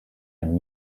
and